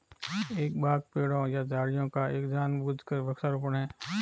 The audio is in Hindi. एक बाग पेड़ों या झाड़ियों का एक जानबूझकर वृक्षारोपण है